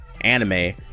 anime